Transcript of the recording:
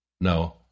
No